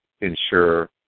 ensure